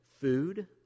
food